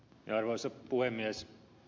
arvoisa puhemies